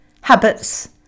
habits